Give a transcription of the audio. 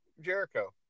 Jericho